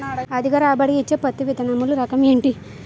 అధిక రాబడి ఇచ్చే పత్తి విత్తనములు రకం ఏంటి?